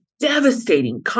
devastating